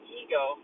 ego